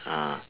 ah